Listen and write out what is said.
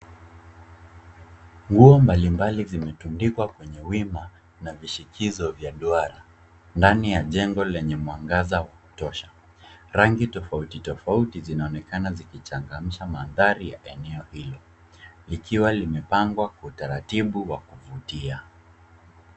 Nguo mbalimbali zimetundikwa kwenye wima na vishikizo vya duara ndani ya jengo lenye mwangaza wa kutosha. Rangi tofauti tofauti zinaonekana zikichangamsha mandhari ya eneo hilo likiwa limepangwa kwa utaratibu wa kuvutia.